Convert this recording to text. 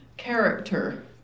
character